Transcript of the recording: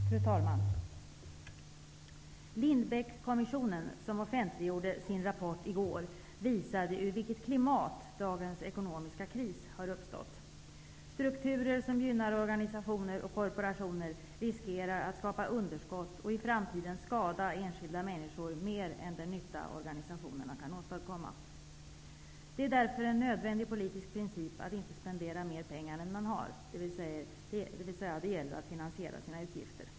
Fru talman! Lindbeckkommissionen, som offentliggjorde sin rapport i går, visar ur vilket klimat dagens ekonomiska kris har uppstått. Strukturer som gynnar organisationer och korporationer riskerar att skapa underskott och i framtiden skada enskilda människor mer än den nytta organisationerna kan åstadkomma. Det är därför en nödvändig politisk princip att inte spendera mer pengar än man har, dvs. det gäller att finansiera sina utgifter.